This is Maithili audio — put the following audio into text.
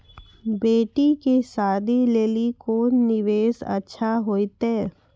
बेटी के शादी लेली कोंन निवेश अच्छा होइतै?